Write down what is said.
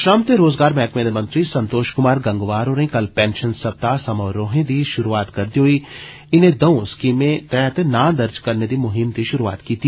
श्रम ते रोजगार मैहकमे दे मंत्री संतोष कुमार गंगवार होरें कल पैंशन सप्ताह समारोहें दी शुरुआत करदे मौके इने दंऊ स्कीमें तैहत नां दर्ज करने दी मुहीम दी शुरुआत कीती